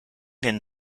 den